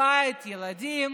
בית, ילדים